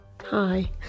Hi